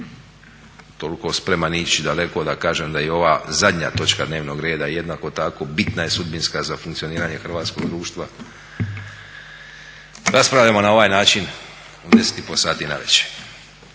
toliko spreman ići daleko da je i ova zadnja točka dnevnog reda jednako tako bitna, je sudbinska za funkcioniranje hrvatskog društva, raspravljamo na ovaj način u 10 i pol sati navečer.